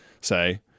say